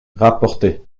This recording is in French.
rapporté